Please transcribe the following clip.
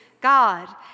God